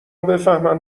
بفهمن